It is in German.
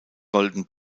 golden